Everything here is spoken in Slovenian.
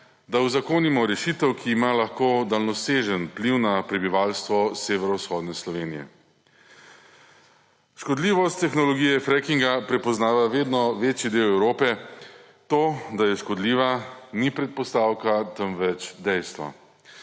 da uzakonimo rešitev, ki ima lahko daljnosežen vpliv na prebivalstvo severovzhodne Slovenije. Škodljivost tehnologije frackinga prepoznava vedno večji del Evrope. To, da je škodljiva, ni predpostavka, temveč dejstvo.